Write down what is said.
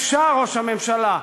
אפשר, ראש הממשלה.